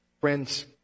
Friends